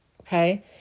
Okay